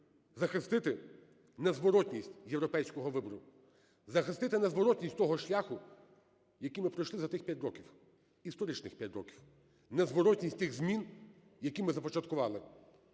захистити незворотність європейського вибору, захистити незворотність того шляху, який ми пройшли за цих 5 років, історичних 5 років, незворотність тих змін, які ми започаткували.